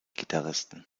gitarristen